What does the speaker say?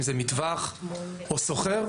אם זה מטווח או סוחר,